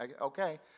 okay